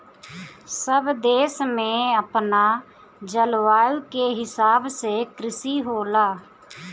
सब देश में अपना जलवायु के हिसाब से कृषि होला